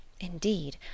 Indeed